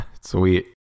Sweet